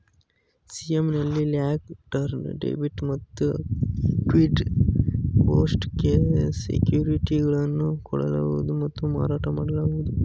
CM ನಲ್ಲಿ long term debit ಮತ್ತು equity based securities ಗಳನ್ನು ಕೊಳ್ಳುವುದು ಮತ್ತು ಮಾರಾಟ ಮಾಡಲಾಗುವುದು